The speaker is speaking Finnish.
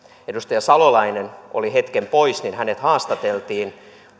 edustaja salolainen oli hetken pois niin hänet haastateltiin